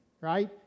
Right